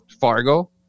Fargo